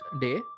day